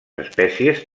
espècies